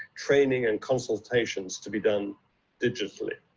training and consultations to be done digitally.